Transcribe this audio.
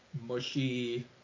mushy